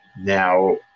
Now